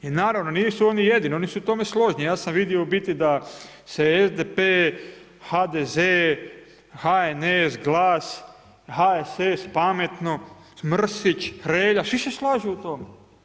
I naravno, nisu oni jedini, oni su u tome složni, ja sam vidio u biti, da se SDP, HDZ, HNS, GLAS, HSS, Pametno, Mrsić, Hrelja, svi se slažu u tome.